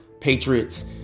Patriots